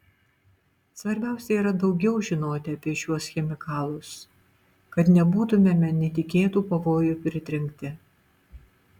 svarbiausia yra daugiau žinoti apie šiuos chemikalus kad nebūtumėme netikėtų pavojų pritrenkti